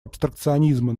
абстракционизма